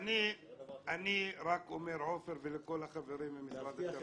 אני רק אומר, עופר, ולכל החברים ממשרד התרבות,